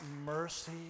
mercy